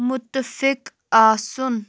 مُتفِق آسُن